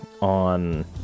on